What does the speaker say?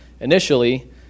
initially